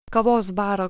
kavos baro